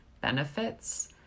benefits